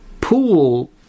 pool